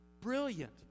brilliant